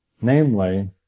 namely